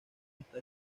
hasta